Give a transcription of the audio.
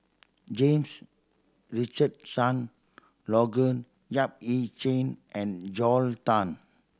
James Richardson Logan Yap Ee Chian and Joel Tan